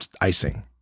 icing